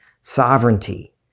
sovereignty